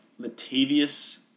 Latavius